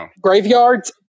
graveyards